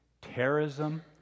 terrorism